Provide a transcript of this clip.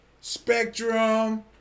Spectrum